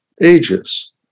ages